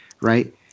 right